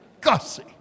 gussy